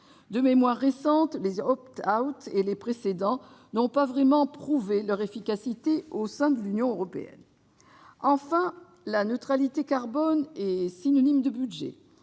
De mémoire récente, les mécanismes d'et les précédents n'ont pas vraiment prouvé leur efficacité au sein de l'Union européenne. Enfin, viser la neutralité carbone suppose un budget.